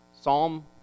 Psalm